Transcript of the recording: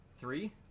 three